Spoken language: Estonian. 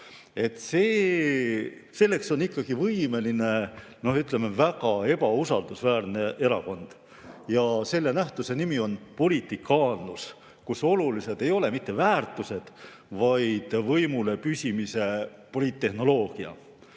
eelnõu. Selleks on ikkagi võimeline, ütleme, väga ebausaldusväärne erakond. Selle nähtuse nimi on politikaanlus – olulised ei ole väärtused, vaid võimul püsimise poliittehnoloogia.